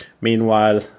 meanwhile